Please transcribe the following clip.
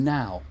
now